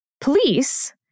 police